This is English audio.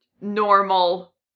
normal